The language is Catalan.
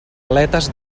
aletes